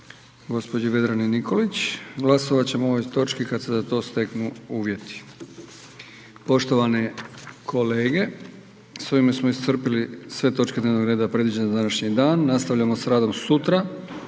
gđi. Vedrani Nikolić. Glasovat ćemo o ovoj točki kad se za to steknu uvjeti. Poštovane kolege, s ovime smo iscrpili sve točke dnevnog reda predviđene za današnji dan. Nastavljamo s radom sutra,